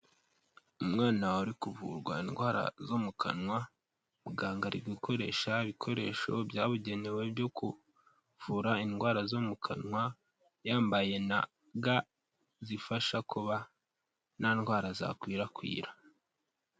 Umwana uri kuvurwa indwara zo mu kanwa, muganga ari gukoresha ibikoresho byabugenewe byo kuvura indwara zo mu kanwa, yambaye na ga zifasha kuba nta ndwara zakwirakwira.